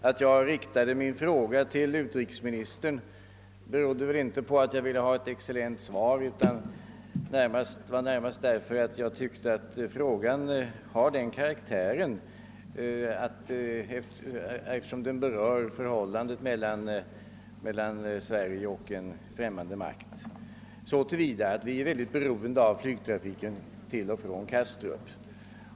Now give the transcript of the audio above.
Att jag riktade min fråga till utrikesministern berodde inte på att jag ville ha ett excellent svar utan det var närmast därför att jag tyckte att frågan var av den karaktären, eftersom den berör förhållandet mellan Sverige och en främmande makt, och att vi är mycket beroende av flygtrafiken från och till Kastrup.